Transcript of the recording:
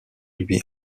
lui